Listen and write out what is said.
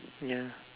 ya